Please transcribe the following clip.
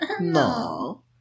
No